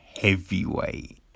heavyweight